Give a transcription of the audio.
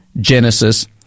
Genesis